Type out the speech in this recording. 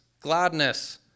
gladness